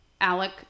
Alec